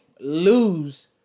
lose